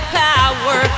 power